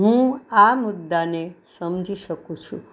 હું આ મુદ્દાને સમજી શકું છું